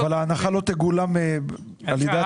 --- אבל ההנחה לא תגולם על ידי הצרכן.